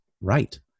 right